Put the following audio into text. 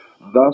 thus